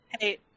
Hey